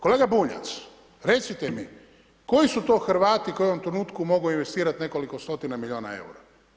Kolega Bunjac, recite mi, koji su to Hrvati koji u ovom trenutku mogu investirati nekoliko stotina milijuna eura?